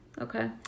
Okay